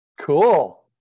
Cool